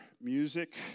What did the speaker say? music